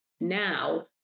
Now